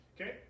Okay